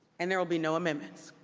and there will be no amendments.